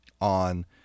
on